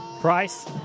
Price